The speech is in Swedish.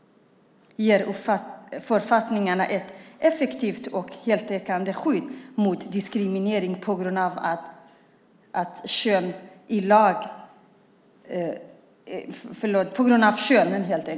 Ger författningarna ett effektivt och heltäckande skydd mot diskriminering på grund av kön?